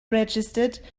registered